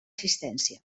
assistència